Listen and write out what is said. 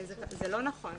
זה לא נכון.